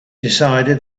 decided